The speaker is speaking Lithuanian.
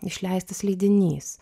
išleistas leidinys